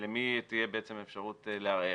למי תהיה אפשרות לערער?